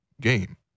game